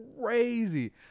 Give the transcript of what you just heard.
crazy